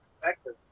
perspective